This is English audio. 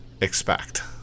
expect